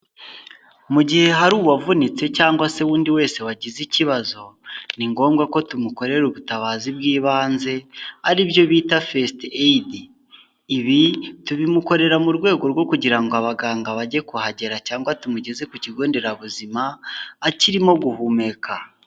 Mu gihe hari uwavunitse cyangwa se undi wese wagize ikibazo, ni ngombwa ko tumukorera ubutabazi bw'ibanze, aribyo bita fesiti eyidi, ibi tubimukorera mu rwego rwo kugira ngo abaganga bajye kuhagera cyangwa tumugeze ku kigo nderabuzima, akirimo guhumeka.